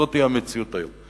זאת המציאות היום.